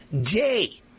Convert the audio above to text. day